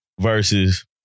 versus